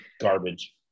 garbage